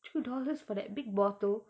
two dollars for that big bottle